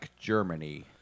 Germany